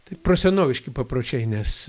tai prosenoviški papročiai nes